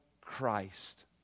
Christ